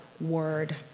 word